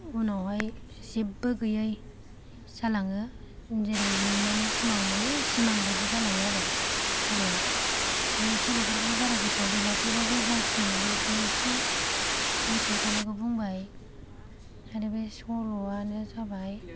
उनावहाय जेबबो गैयै जालाङो जेरै मिमांनि सिमां मानि सिमां बादि जालाङो आरो सल'या ओमफ्राय सल'फोरखौबो बारा गोसोयाव गैला थेवबाबो जाखिनि हायो बेखौनो एसे गोसोयाव थानायखौ बुंबाय आरो बे सल'यानो जाबाय